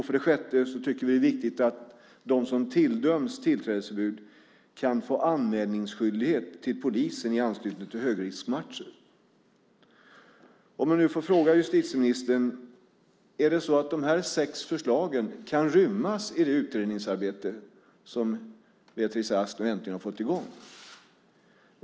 För det sjätte tycker vi att det är viktigt att de som tilldöms tillträdesförbud kan få anmälningsskyldighet till polisen i anslutning till högriskmatcher. Låt mig nu fråga justitieministern om dessa sex förslag kan rymmas i det utredningsarbete som Beatrice Ask nu äntligen har fått i gång.